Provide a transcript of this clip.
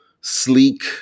sleek